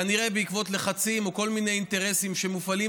כנראה בעקבות לחצים או כל מיני אינטרסים שמופעלים